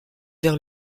vers